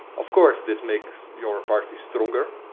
of course this makes your party stronger,